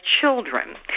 children